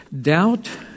Doubt